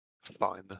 fine